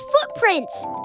footprints